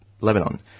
Lebanon